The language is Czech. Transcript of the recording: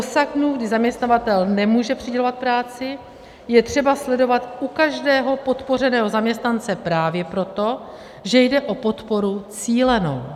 Rozsah dnů, kdy zaměstnavatel nemůže přidělovat práci, je třeba sledovat u každého podpořeného zaměstnance právě proto, že jde o podporu cílenou.